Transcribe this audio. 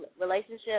relationship